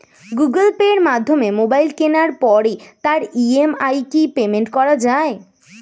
Google পের মাধ্যমে mobile কেনার পরে তার ই.এম.আই কি পেমেন্ট করা যায়?